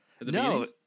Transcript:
No